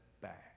back